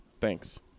Thanks